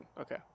Okay